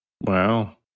Wow